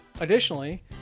Additionally